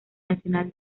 nacional